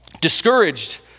Discouraged